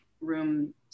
room